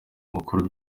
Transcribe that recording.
mukuru